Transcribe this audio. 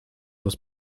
das